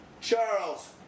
Charles